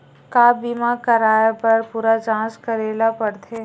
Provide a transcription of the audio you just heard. का बीमा कराए बर पूरा जांच करेला पड़थे?